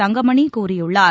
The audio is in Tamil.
தங்கமணிகூறியுள்ளார்